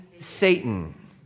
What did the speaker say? Satan